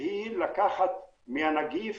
היא לקחת מהנגיף